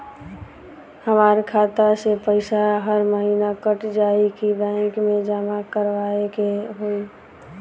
हमार खाता से पैसा हर महीना कट जायी की बैंक मे जमा करवाए के होई?